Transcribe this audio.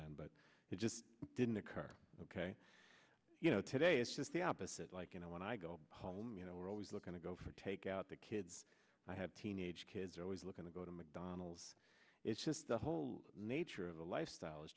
then but it just didn't occur ok you know today it's just the opposite like you know when i go home you know we're always looking to go for takeout the kids i have teenage kids are always looking to go to mcdonald's it's just the whole nature of the lifestyle